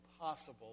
impossible